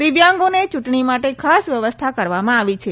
દિવવ્યંગોને ચ્રંટણી માટે ખાસ વ્યવસ્થા કરવામાં આવી છે